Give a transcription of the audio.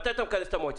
מתי אתה מכנס את המועצה?